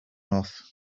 off